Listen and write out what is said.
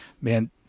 man